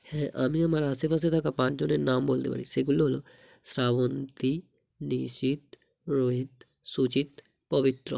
হ্যাঁ আমি আমার আশেপাশে থাকা পাঁচজনের নাম বলতে পারি সেগুলো হলো শ্রাবন্তী নিশীথ রোহিত সুজিত পবিত্র